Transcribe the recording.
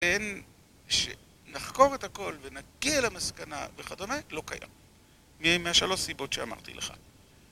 שנחקור את הכול ונגיע למסקנה וכדומה - לא קיים. מהשלוש סיבות שאמרתי לך